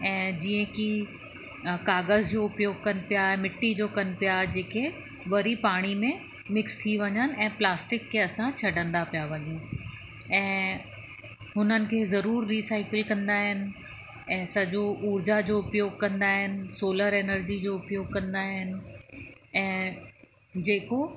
ऐं जीअं की काग़ज़ जो उपयोग कनि पिया मिटीअ जो कनि पिया जेके वरी पाणीअ में मिक्स थी वञनि ऐं प्लास्टिक खे असां छॾंदा पिया वञू ऐं हुननि खे ज़रूरु रिसाइकल कंदा आहिनि ऐं सॼो ऊर्जा जो उपयोग कंदा आहिनि सोलर एनर्जी जो उपयोग कंदा आहिनि ऐं जेको